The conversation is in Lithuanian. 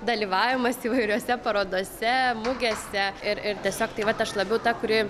dalyvavimas įvairiose parodose mugėse ir ir tiesiog tai vat aš labiau ta kuri